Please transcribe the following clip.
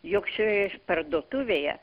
jog šioje parduotuvėje